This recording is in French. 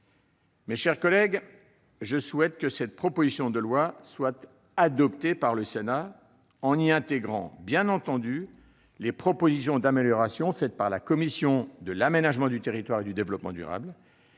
Mes chers collègues, je souhaite que cette proposition de loi soit adoptée par le Sénat, en y intégrant, bien entendu, les propositions d'amélioration faites par la commission de l'aménagement du territoire et du développement durable.